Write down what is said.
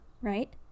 right